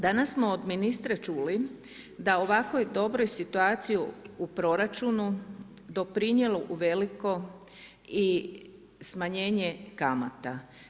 Danas smo od ministra čuli, da o ovakvoj dobroj situaciji u proračunu, doprinijelo uvelike i smanjenje kamata.